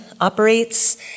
operates